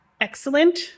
excellent